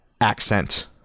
accent